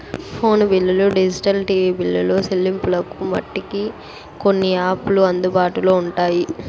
phone బిల్లులు digital TV బిల్లులు సెల్లింపులకు మటికి కొన్ని యాపులు అందుబాటులో ఉంటాయి